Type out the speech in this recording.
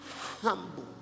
humble